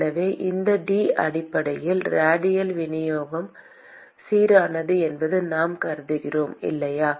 எனவே இந்த டி அடிப்படையில் ரேடியல் விநியோகம் சீரானது என்று நாம் கருதுகிறோம் இல்லையா